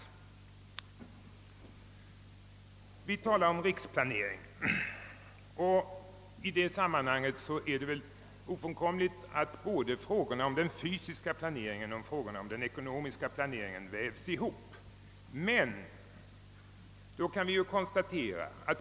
När vi talar om riksplanering, är det väl ofrånkomligt att frågor om fysisk och ekonomisk planering blandas ihop.